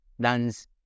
Dance